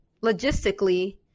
logistically